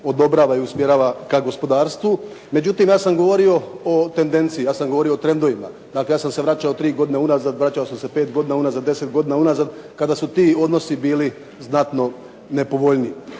odobrava i usmjerava ka gospodarstvu. Međutim, ja sam govorio o …/Govornik se ne razumije./… ja sam govorio o trendovima. Dakle, ja sam se vraćao tri godine unazad, vraćao sam se pet godina unazad, deset godina unazad kada su ti odnosi bili znatno nepovoljniji.